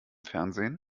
fernsehen